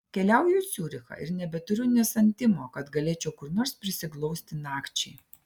keliauju į ciurichą ir nebeturiu nė santimo kad galėčiau kur nors prisiglausti nakčiai